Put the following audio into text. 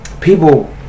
people